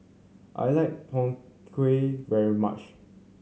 I like Png Kueh very much